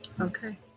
Okay